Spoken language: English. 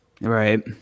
Right